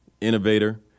innovator